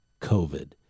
COVID